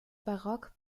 barock